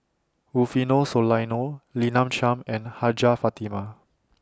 Rufino Soliano Lina Chiam and Hajjah Fatimah